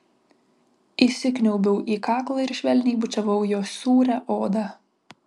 įsikniaubiau į kaklą ir švelniai bučiavau jo sūrią odą